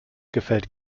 gefällt